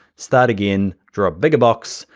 start again, draw a bigger box,